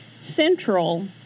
Central